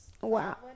Wow